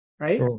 Right